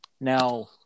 now